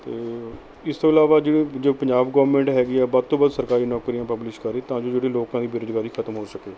ਅਤੇ ਇਸ ਤੋਂ ਇਲਾਵਾ ਜਿਵੇਂ ਜੋ ਪੰਜਾਬ ਗਵਰਨਮੈਂਟ ਹੈਗੀ ਆ ਵੱਧ ਤੋਂ ਵੱਧ ਸਰਕਾਰੀ ਨੌਕਰੀਆਂ ਪਬਲਿਸ਼ ਕਰੇ ਤਾਂ ਜੋ ਜਿਹੜੇ ਲੋਕਾਂ ਦੀ ਬੇਰੁਜ਼ਗਾਰੀ ਖਤਮ ਹੋ ਸਕੇ